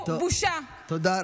בידי ממשלת הכהנאים לבית קברות מדמם,